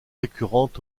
récurrente